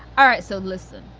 all right. so listen.